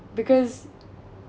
because